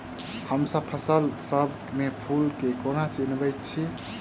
हमसब फसल सब मे फूल केँ कोना चिन्है छी?